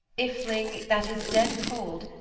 ifling that is dead cold,